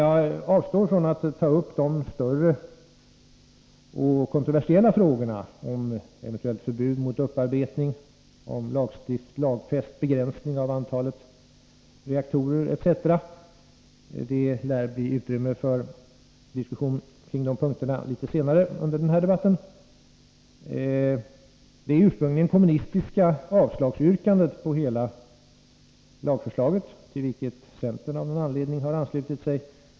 Jag avstår från att ta upp de större och kontroversiella frågorna om eventuellt förbud mot upparbetning, om lagfäst begränsning av antalet reaktorer etc. Det lär bli utrymme för diskussion om de punkterna litet senare under den här debatten. Vi kan från vårt håll givetvis inte biträda det ursprungligen kommunistiska yrkandet om avslag på hela lagförslaget, till vilket centern av någon anledning har anslutit sig.